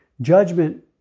judgment